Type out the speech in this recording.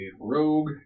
rogue